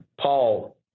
Paul